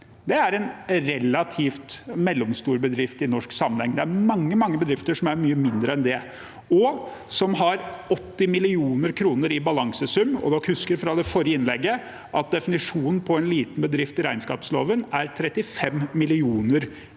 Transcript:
Det er relativt mellomstore bedrifter i norsk sammenheng; det er mange, mange bedrifter som er mye mindre enn det, og som har 80 mill. kr i balansesum. Vi husker fra det forrige innlegget at definisjonen på en liten bedrift i regnskapsloven er 35 mill.